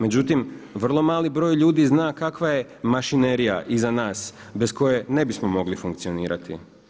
Međutim, vrlo mali broj ljudi zna kakva je mašinerija iza nas bez koje ne bismo mogli funkcionirati.